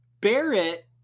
Barrett